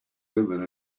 women